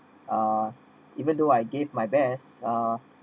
uh even though I gave my best uh